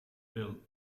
built